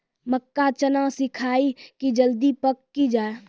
मक्का चना सिखाइए कि जल्दी पक की जय?